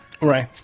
Right